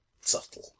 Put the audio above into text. subtle